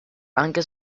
anche